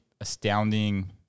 astounding